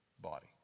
body